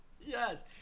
Yes